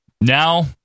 now